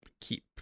keep